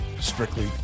Strictly